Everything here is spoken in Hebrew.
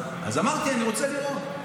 אז אמרתי, אני רוצה לראות.